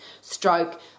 stroke